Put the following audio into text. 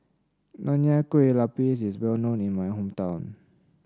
Nonya Kueh Lapis is well known in my hometown